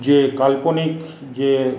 যে কাল্পনিক যে